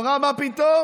אמרה: מה פתאום?